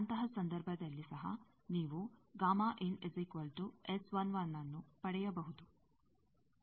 ಅಂತಹ ಸಂದರ್ಭದಲ್ಲಿ ಸಹ ನೀವು ನ್ನು ಪಡೆಯಬಹುದು